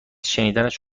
شنیدنش